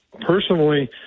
personally